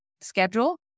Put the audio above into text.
schedule